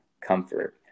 comfort